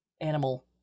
animal